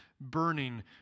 burning